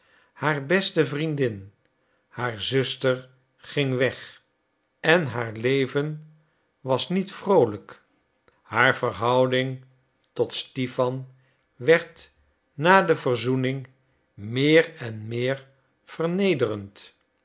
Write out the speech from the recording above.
haar beste vriendin haar zuster ging weg en haar leven was niet vroolijk haar verhouding tot stipan werd na de verzoening meer en meer vernederend